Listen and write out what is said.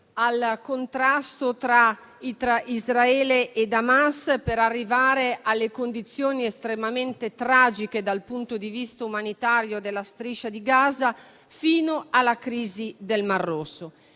al contrasto tra Israele e Hamas per arrivare alle condizioni estremamente tragiche dal punto di vista umanitario della Striscia di Gaza, fino alla crisi del Mar Rosso.